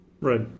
Right